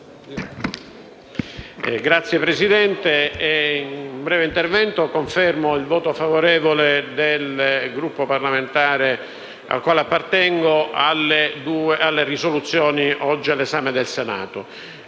Signora Presidente, in un breve intervento confermo il voto favorevole del Gruppo parlamentare al quale appartengo sulle proposte di risoluzione oggi all'esame del Senato.